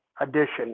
addition